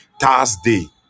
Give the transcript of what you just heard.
Thursday